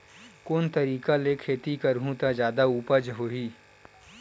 कोन तरीका ले खेती करहु त जादा उपज होही?